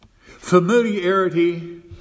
Familiarity